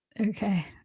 Okay